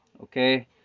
okay